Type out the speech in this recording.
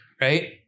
Right